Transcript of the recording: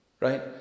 Right